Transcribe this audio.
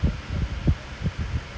stop now play ronaldo